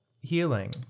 healing